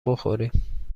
بخوریم